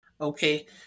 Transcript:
okay